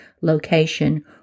location